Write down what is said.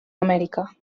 amèrica